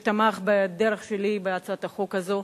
שתמך בדרך שלי בהצעת החוק הזו.